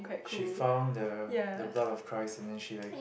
she found the the blood of Christ and then she like